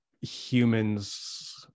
humans